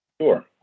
Sure